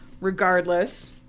Regardless